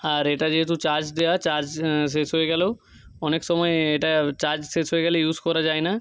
আর এটা যেহেতু চার্জ দেওয়া চার্জ শেষ হয়ে গেলেও অনেক সময় এটার চার্জ শেষ হয়ে গেলেও ইউজ করা যায় না